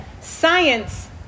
science